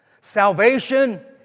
Salvation